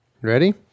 ready